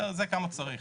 זה כמה צריך.